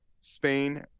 Spain